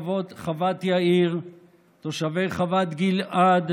חברי הכנסת וגם מנהלי הסיעות,